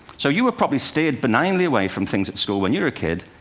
so you were probably steered benignly away from things at school when you were a kid,